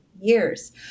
years